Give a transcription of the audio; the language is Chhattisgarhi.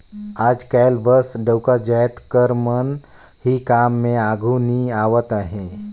आएज काएल बस डउका जाएत कर मन ही काम में आघु नी आवत अहें